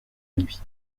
nuit